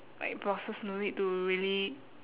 like bosses no need to really